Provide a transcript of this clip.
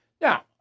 Now